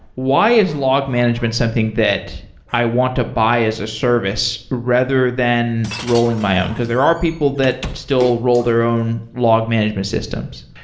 why is log management something that i want to buy as a service rather than rolling my own? because there are people that still roll their own log management systems.